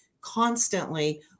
constantly